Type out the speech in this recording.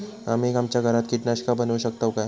आम्ही आमच्या घरात कीटकनाशका बनवू शकताव काय?